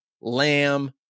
Lamb